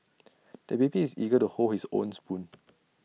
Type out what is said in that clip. the baby is eager to hold his own spoon